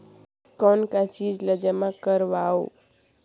कौन का चीज ला जमा करवाओ?